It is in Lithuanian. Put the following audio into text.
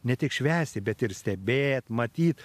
ne tik švęsti bet ir stebėt matyt